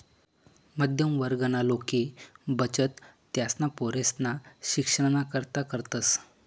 मध्यम वर्गना लोके बचत त्यासना पोरेसना शिक्षणना करता करतस